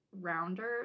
rounder